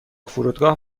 فرودگاه